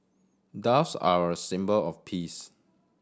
doves are a symbol of peace